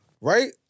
right